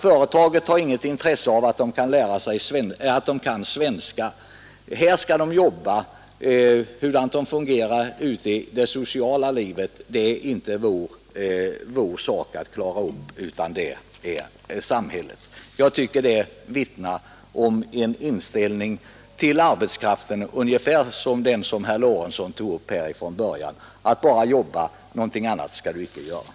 Man är inte intresserad av att arbetarna kan svenska; de är på företaget för att arbeta, och hur de fungerar ute i samhällslivet är inte en angelägenhet för företaget utan för samhället. Det vittnar om en inställning till arbetskraften som herr Lorentzon tog upp tidigare: De anställda skall bara jobba och inte göra någonting annat.